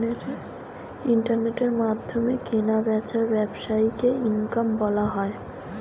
ইন্টারনেটের মাধ্যমে কেনা বেচার ব্যবসাকে ই কমার্স বলা হয়